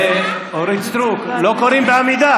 אבל איפה אילת?